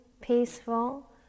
peaceful